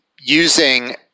using